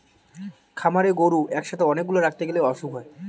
খামারে গরু একসাথে অনেক গুলা রাখতে গ্যালে অসুখ হয়